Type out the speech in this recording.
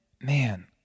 man